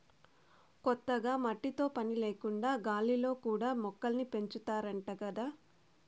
కొత్తగా మట్టితో పని లేకుండా గాలిలో కూడా మొక్కల్ని పెంచాతన్నారంట గదా